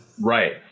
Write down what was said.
Right